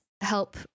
help